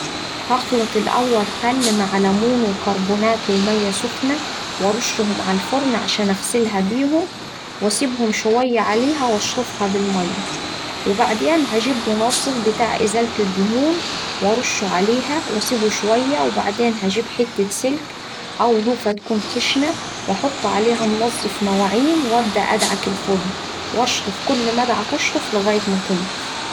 هخلط الأول خل مع لمون وكربوناتو وميا سخنة وارشهم على الفرن عشان اغسلها بيهم واسيبهم شوية عليها واشطفها بالميا. وبعدين هجيب منظف بتاع إزالة الدهون وارشه عليها واسيبه شوية وبعدين هجيب حتة سلك أو لوفة تكون خشنة وأحط عليها منظف مواعين وأبدأ أدعك الفرن وأشطف كل ما أدعك أشطف لغاية ما تنضف.